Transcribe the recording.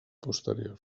posterior